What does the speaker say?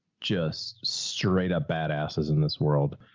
just straight up bad-ass as in this world,